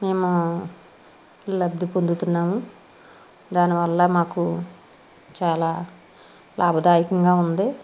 మేము లబ్ది పొందుతున్నాము దానివల్ల మాకు చాలా లాభదాయకంగా ఉంది